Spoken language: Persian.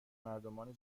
مردمان